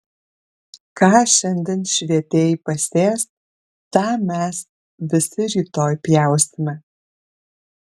ką šiandien švietėjai pasės tą mes visi rytoj pjausime